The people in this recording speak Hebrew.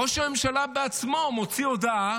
ראש הממשלה בעצמו הוציא הודעה